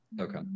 Okay